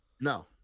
No